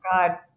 God